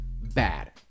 bad